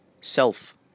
self